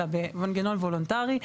אלא במנגנון וולונטרי,